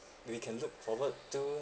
we can look forward to